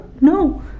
No